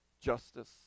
justice